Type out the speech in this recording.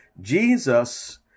Jesus